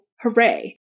hooray